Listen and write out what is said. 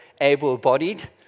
able-bodied